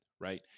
right